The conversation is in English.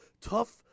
tough